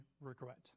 regret